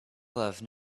love